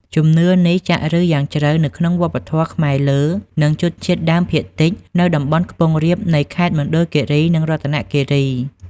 ជំនឿនេះចាក់ឫសយ៉ាងជ្រៅនៅក្នុងវប្បធម៌ខ្មែរលើ និងជនជាតិដើមភាគតិចនៅតំបន់ខ្ពង់រាបនៃខេត្តមណ្ឌលគិរី និងរតនគិរី។